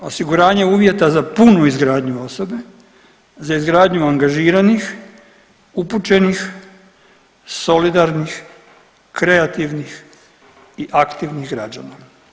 Osiguranje uvjeta za punu izgradnju osobe, za izgradnju angažiranih, upućenih, solidarnih, kreativnih i aktivnih građana.